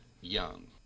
young